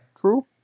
true